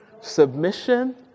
Submission